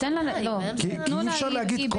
תנו לה להגיד -- כי אי אפשר להגיד כל